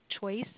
choice